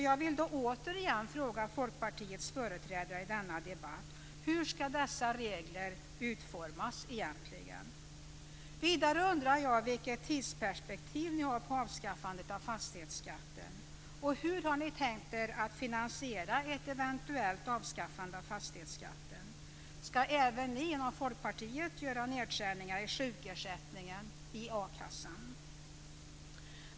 Jag vill då fråga Folkpartiets företrädare i denna debatt: Hur ska dessa regler utformas egentligen? Vidare undrar jag vilket tidsperspektiv ni har på avskaffandet av fastighetsskatten. Och hur har ni tänkt er att finansiera ett eventuellt avskaffande av fastighetsskatten? Ska även ni inom Folkpartiet göra nedskärningar i sjukersättningen eller i a-kassan?